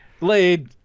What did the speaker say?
laid